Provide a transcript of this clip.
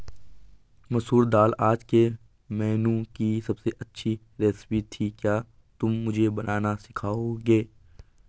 मसूर दाल आज के मेनू की अबसे अच्छी रेसिपी थी क्या तुम मुझे बनाना सिखाओंगे?